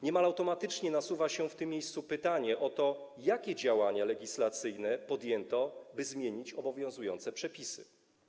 Niemal automatycznie nasuwa się w tym miejscu pytanie o to, jakie działania legislacyjne podjęto, by zmienić obowiązujące przepisy.